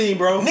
bro